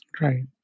Right